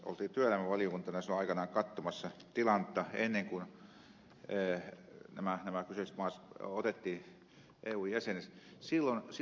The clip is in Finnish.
olimme työelämävaliokuntana silloin aikanaan katsomassa tilannetta ennen kuin nämä kyseiset maat otettiin eun jäseniksi